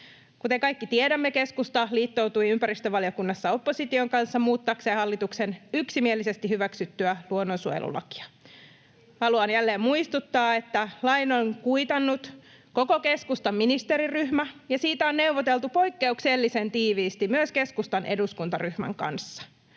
Kuten kaikki tiedämme, keskusta liittoutui ympäristövaliokunnassa opposition kanssa muuttaakseen hallituksen yksimielisesti hyväksyttyä luonnonsuojelulakia. [Mari-Leena Talvitie: Esitystä!] Haluan jälleen muistuttaa, että lain on kuitannut koko keskustan ministeriryhmä, ja siitä on neuvoteltu poikkeuksellisen tiiviisti myös keskustan eduskuntaryhmän kanssa.